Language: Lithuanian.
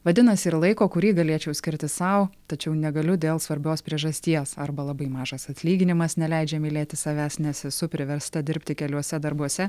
vadinasi ir laiko kurį galėčiau skirti sau tačiau negaliu dėl svarbios priežasties arba labai mažas atlyginimas neleidžia mylėti savęs nes esu priversta dirbti keliuose darbuose